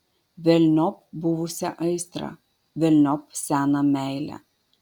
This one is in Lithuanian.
velniop buvusią aistrą velniop seną meilę